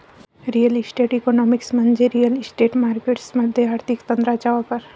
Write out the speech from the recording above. real estate economics म्हणजे real estate markets मध्ये आर्थिक तंत्रांचा वापर